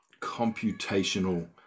computational